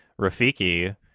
Rafiki